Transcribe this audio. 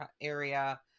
area